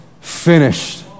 finished